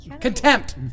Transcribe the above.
Contempt